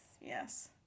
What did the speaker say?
Yes